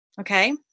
okay